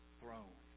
throne